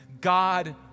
God